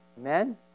Amen